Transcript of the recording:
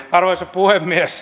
arvoisa puhemies